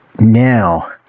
Now